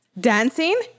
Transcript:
Dancing